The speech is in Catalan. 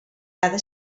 cada